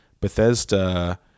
Bethesda